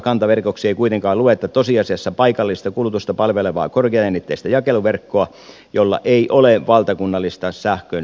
kantaverkoksi ei kuitenkaan lueta tosiasiassa paikallista kulutusta palvelevaa korkeajännitteistä jakeluverkkoa jolla ei ole valtakunnallista sähkön siirtotehtävää